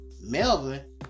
Melvin